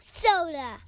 soda